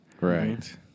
Right